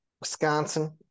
Wisconsin –